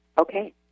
Okay